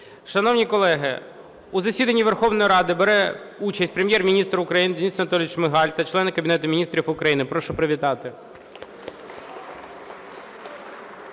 Шановні колеги, у засіданні Верховної Ради бере участь Прем'єр-міністр України Денис Анатолійович Шмигаль та члени Кабінету Міністрів України. Прошу привітати.